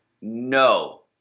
No